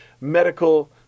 medical